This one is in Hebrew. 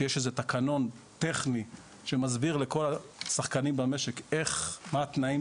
שיש איזה תקנון טכני שמסביר לכל השחקנים במשק איך ומה הם התנאים,